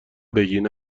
بگین